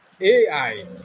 ai